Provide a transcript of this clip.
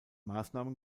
maßnahmen